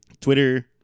Twitter